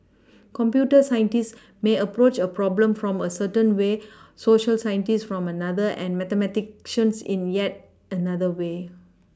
computer scientists may approach a problem from a certain way Social scientists from another and mathematicians in yet another way